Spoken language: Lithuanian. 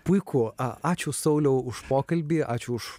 puiku ačiū a sauliau už pokalbį ačiū už